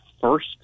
first